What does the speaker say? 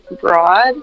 broad